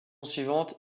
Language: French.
suivante